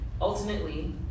Ultimately